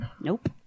Nope